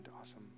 Awesome